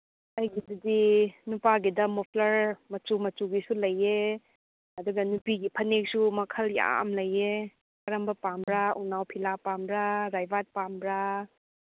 ꯑꯩꯒꯤꯗꯨꯗꯤ ꯅꯨꯄꯥꯒꯤꯗ ꯃꯐ꯭ꯂꯔ ꯃꯆꯨ ꯃꯆꯨꯒꯤꯁꯨ ꯂꯩꯌꯦ ꯑꯗꯨꯒ ꯅꯨꯄꯤ ꯐꯅꯦꯛꯁꯨ ꯃꯈꯜ ꯌꯥꯝ ꯂꯩꯌꯦ ꯀꯔꯝꯕ ꯄꯥꯝꯕ꯭ꯔꯥ ꯎꯅꯥꯎꯐꯤꯂꯥ ꯄꯥꯝꯕ꯭ꯔꯥ ꯔꯥꯏꯕꯥꯠ ꯄꯥꯝꯕ꯭ꯔꯥ